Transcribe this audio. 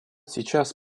сейчас